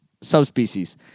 Subspecies